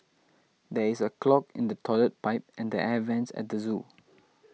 there is a clog in the Toilet Pipe and the Air Vents at the zoo